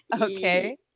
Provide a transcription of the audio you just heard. okay